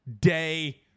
day